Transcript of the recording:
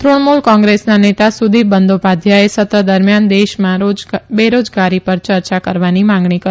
તૃણમુલ કોંગ્રેસના નેતા સુદીપ બંદોપાધ્યાથે સત્ર દરમિથાન દેશમાં બેરોજગારી પર યર્યા કરાવવાની માંગણી કરી